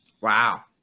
Wow